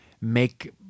make